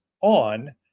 on